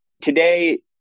today